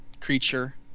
creature